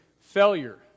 failure